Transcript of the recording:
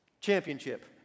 Championship